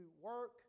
work